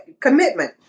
commitment